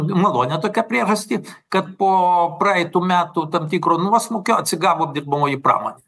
malonią tokią priežastį kad po praeitų metų tam tikro nuosmukio atsigavo apdirbamoji pramonė